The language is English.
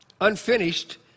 unfinished